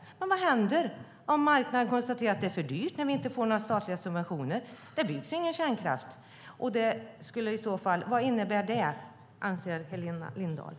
Men vad händer om marknaden konstaterar att det är för dyrt när de inte får några statliga subventioner? Det byggs ingen kärnkraft. Vad anser Helena Lindahl att det i så fall innebär?